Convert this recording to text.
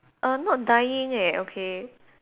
err not dying eh okay